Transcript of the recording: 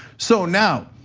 so now,